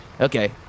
Okay